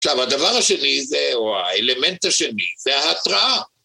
עכשיו, הדבר השני זה, או האלמנט השני, זה ההתראה.